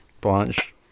Blanche